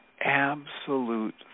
absolute